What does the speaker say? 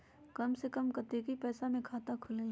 कम से कम कतेइक पैसा में खाता खुलेला?